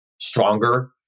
stronger